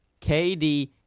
KD